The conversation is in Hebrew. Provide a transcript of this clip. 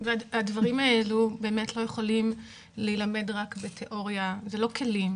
והדברים האלה באמת לא יכולים להילמד רק בתיאוריה זה לא כלים,